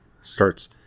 starts